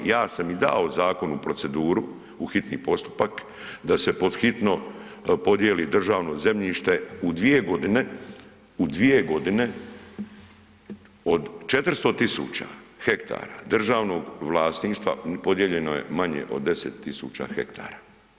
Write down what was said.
Ja sam i dao zakon u proceduru, u hitni postupak, da se pod hitno podjeli državno zemljište u dvije godine, u dvije godine od 400.000 hektara državnog vlasništva podijeljeno je manje od 10.000 hektara.